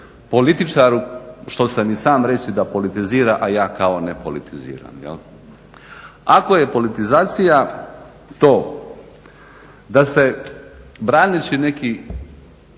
političaru što sam i sam reći da politizira, a ja kao ne politiziram jel'. Ako je politizacija to da se braneći neki